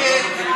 ההצעה